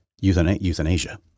euthanasia